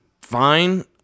fine